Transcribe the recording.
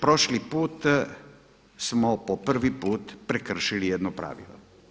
Proši put smo po prvi put prekršili jedno pravilo.